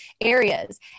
areas